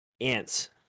Ants